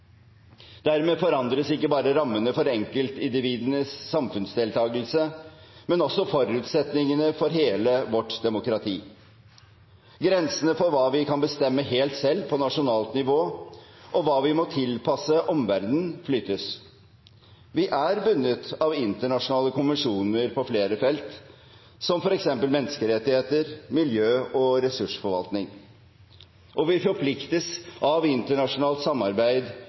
Dermed forandres ikke bare rammene for enkeltindividenes samfunnsdeltakelse, men også forutsetningene for hele vårt demokrati. Grensene for hva vi kan bestemme helt selv på nasjonalt nivå, og hva vi må tilpasse omverdenen, flyttes. Vi er bundet av internasjonale konvensjoner på flere felt, som f.eks. menneskerettigheter, miljø og ressursforvaltning, og vi forpliktes av internasjonalt samarbeid